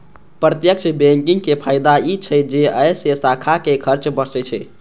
प्रत्यक्ष बैंकिंग के फायदा ई छै जे अय से शाखा के खर्च बचै छै